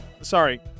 Sorry